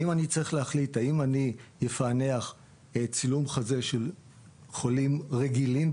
אם אני צריך להחליט האם אני אפענח צילום חזה של חולים רגילים,